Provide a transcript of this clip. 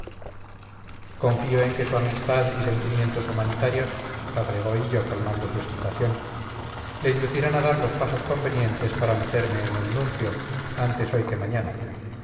confío en que su amistad y sentimientos humanitarios agregó hillo calmada su excitación le inducirán a dar los pasos convenientes para meterme en el nuncio antes hoy que mañana